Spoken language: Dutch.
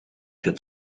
het